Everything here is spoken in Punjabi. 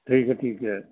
ਠੀਕ ਹੈ ਠੀਕ ਹੈ